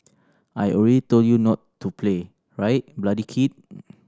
I already told you not to play right bloody kid